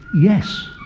yes